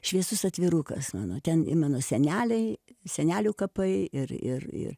šviesus atvirukas mano ten i mano seneliai senelių kapai ir ir ir